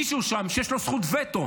מישהו שם שיש לו זכות וטו,